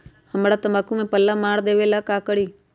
हमरा तंबाकू में पल्ला मार देलक ये ला का करी?